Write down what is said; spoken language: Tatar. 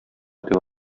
дип